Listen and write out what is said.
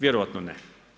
Vjerojatno ne.